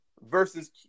versus